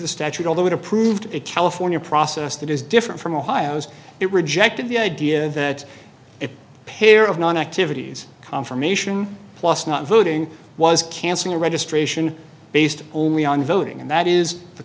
the statute although it approved it california a process that is different from ohio's it rejected the idea that a pair of non activities confirmation plus not voting was canceling a registration based only on voting and that is the